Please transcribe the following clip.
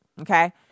Okay